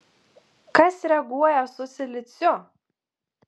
kas reaguoja su siliciu